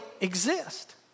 exist